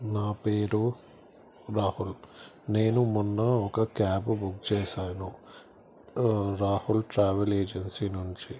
నా పేరు రాహుల్ నేను మొన్న ఒక క్యాబు బుక్ చేశాను రాహుల్ ట్రావెల్ ఏజెన్సీ నుంచి